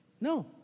no